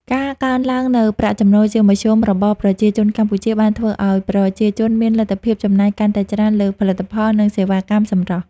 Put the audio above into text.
ការកើនឡើងនូវប្រាក់ចំណូលជាមធ្យមរបស់ប្រជាជនកម្ពុជា បានធ្វើឱ្យប្រជាជនមានលទ្ធភាពចំណាយកាន់តែច្រើនលើផលិតផល និងសេវាកម្មសម្រស់។